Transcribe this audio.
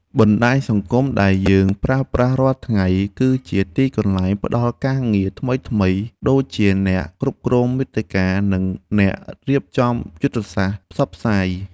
បណ្តាញសង្គមដែលយើងប្រើប្រាស់រាល់ថ្ងៃ គឺជាទីកន្លែងផ្តល់ការងារថ្មីៗដូចជាអ្នកគ្រប់គ្រងមាតិកានិងអ្នករៀបចំយុទ្ធសាស្ត្រផ្សព្វផ្សាយ។